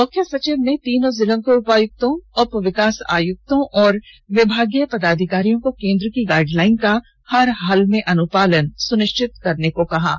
मुख्य सचिव ने तीनों जिलों के उपायुक्तों उप विकास आयुक्तों और विभागीय पदाधिकारियों को केंद्र की गाइडलाइन का हर हाल में अनुपालन सुनिष्यत करने को कहा है